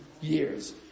years